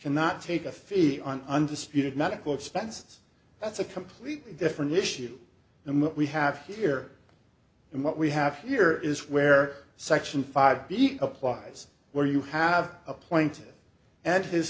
cannot take a fee on undisputed medical expenses that's a completely different issue and what we have here and what we have here is where section five applies where you have a plaintiff at his